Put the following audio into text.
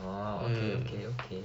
ah okay okay okay